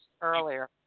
Earlier